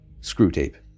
Screwtape